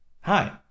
Hi